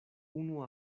unu